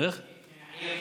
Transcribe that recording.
מהעיר טייבה.